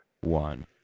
one